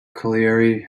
colliery